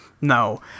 No